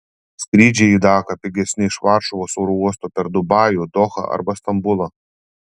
skrydžiai į daką pigesni iš varšuvos oro uosto per dubajų dohą arba stambulą